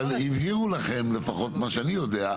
אבל, הבהירו לכם, לפחות ממה שאני יודע.